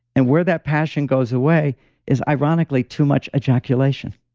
and where that passion goes away is ironically too much ejaculation.